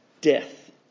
death